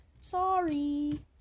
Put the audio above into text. sorry